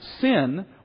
sin